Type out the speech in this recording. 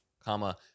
comma